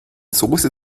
soße